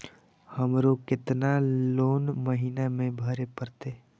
हमरो केतना लोन महीना में भरे परतें?